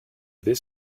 this